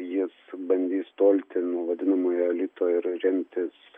jis bandys tolti nuo vadinamojo elito ir remtis